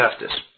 justice